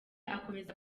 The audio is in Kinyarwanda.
akomeza